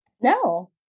No